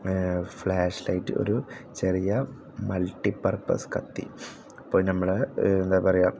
flash light ഒരു ചെറിയ multipurpose കത്തി ഇപ്പം നമ്മൾ എന്താ പറയുക